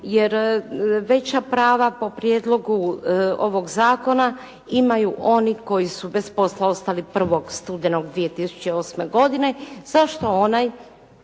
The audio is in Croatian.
jer veća prava po prijedlogu ovog zakona imaju oni koji su bez posla ostali 1. studenog 2008. godine. Zašto onaj